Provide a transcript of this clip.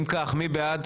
למה?